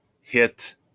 hit